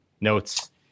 notes